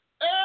Hey